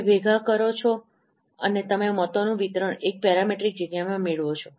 તમે ભેગા કરો છો અને તમે મતોનું વિતરણ એક પેરામેટ્રિક જગ્યામાં મેળવો છો